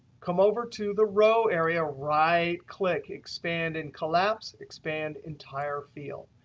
come over to the row area, right click expand and collapse. expand entire field.